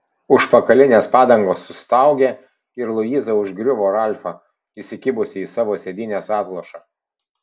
užpakalinės padangos sustaugė ir luiza užgriuvo ralfą įsikibusi į savo sėdynės atlošą